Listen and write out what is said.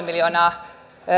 miljoonaa